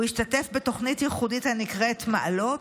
הוא השתתף בתוכנית ייחודית הנקראת "מעלות",